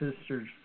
sister's